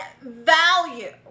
value